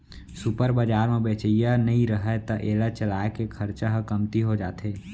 super बजार म बेचइया नइ रहय त एला चलाए के खरचा ह कमती हो जाथे